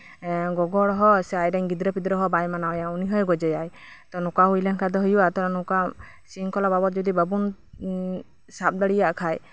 ᱜᱚᱜᱚ ᱦᱚᱲ ᱦᱚᱸ ᱟᱡᱨᱮᱱ ᱜᱤᱫᱽᱨᱟᱹ ᱯᱤᱫᱽᱨᱟᱹ ᱦᱚᱸ ᱵᱟᱭ ᱢᱟᱱᱟᱣ ᱮᱭᱟ ᱩᱱᱤ ᱦᱚᱭ ᱜᱚᱡᱮᱭᱟ ᱱᱚᱝᱠᱟ ᱦᱩᱭ ᱞᱮᱱᱠᱷᱟᱱ ᱫᱚ ᱦᱩᱭᱩᱜᱼᱟ ᱛᱳ ᱱᱚᱝᱠᱟ ᱥᱤᱝᱠᱷᱚᱞᱟ ᱵᱟᱵᱚᱫ ᱡᱚᱫᱤ ᱵᱟᱵᱚᱱ ᱥᱟᱵ ᱫᱟᱲᱮᱭᱟᱜ ᱠᱷᱟᱡ